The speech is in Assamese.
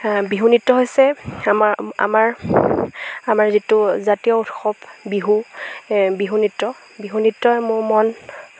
বিহু নৃত্য হৈছে আমাৰ আমাৰ আমাৰ যিটো জাতীয় উৎসৱ বিহু বিহু নৃত্য বিহু নৃত্যই মোৰ মন